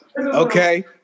Okay